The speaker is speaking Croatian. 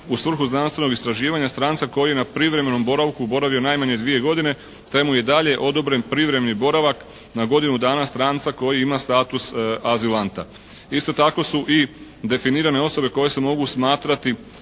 u svrhu znanstvenog istraživanja stranca koji je na privremenom boravku boravio najmanje 2 godine te mu je i dalje odobren privremeni boravak na godinu dana stranca koji ima status azilanta. Isto tako su i definiranje osobe koje se mogu smatrati